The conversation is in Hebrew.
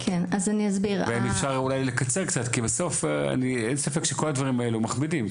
כי בסוף אין ספק שכל הדברים האלה מכבידים.